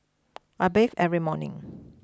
I bathe every morning